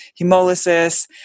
hemolysis